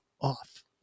off